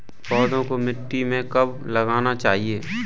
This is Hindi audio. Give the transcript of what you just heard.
पौधों को मिट्टी में कब लगाना चाहिए?